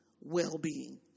well-being